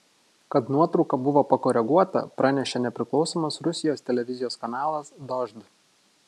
kad nuotrauka buvo pakoreguota pranešė nepriklausomas rusijos televizijos kanalas dožd